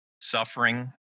suffering